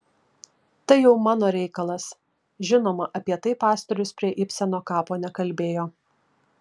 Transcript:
tai jau mano reikalas žinoma apie tai pastorius prie ibseno kapo nekalbėjo